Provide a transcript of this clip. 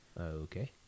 Okay